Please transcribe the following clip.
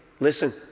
Listen